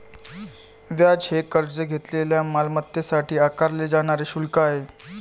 व्याज हे कर्ज घेतलेल्या मालमत्तेसाठी आकारले जाणारे शुल्क आहे